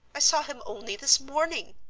i saw him only this morning.